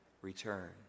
return